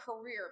career